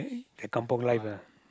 the kampung life lah